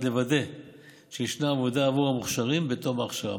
לוודא שישנה עבודה עבור המוכשרים בתום ההכשרה,